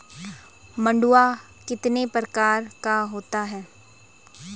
मंडुआ कितने प्रकार का होता है?